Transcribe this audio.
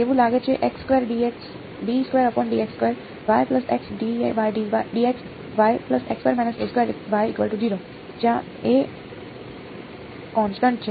એવું લાગે છે જ્યાં કોન્સટન્ટ છે